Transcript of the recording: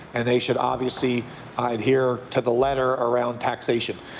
and they should obviously adhere to the letter around taxation.